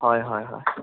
হয় হয় হয়